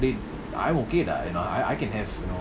so they I'm okay ah you know I I can have